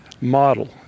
model